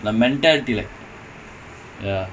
confidence வந்துருக்கு:vanthurukku ya the